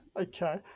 okay